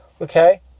okay